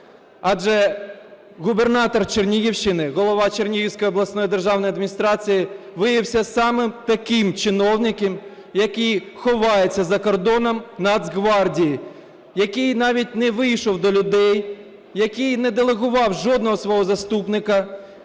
Адже губернатор Чернігівщини, голова Чернігівської обласної державної адміністрації, виявився саме таким чиновником, який ховається за кордоном Нацгвардії, який навіть не вийшов до людей, який не делегував жодного свого заступника.